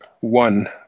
one